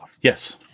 Yes